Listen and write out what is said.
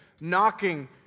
knocking